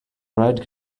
bread